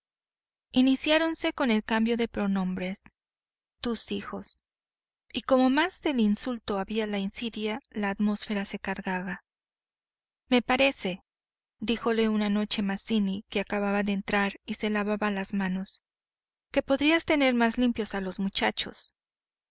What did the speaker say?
inferiores iniciáronse con el cambio de pronombres tus hijos y como a más del insulto había le insidia la atmósfera se cargaba me parece díjole una noche mazzini que acababa de entrar y se lavaba las manos que podrías tener más limpios a los muchachos